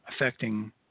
affecting